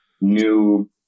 new